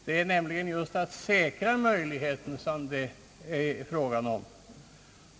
Det är nämligen just att säkra den möjligheten som det gäller.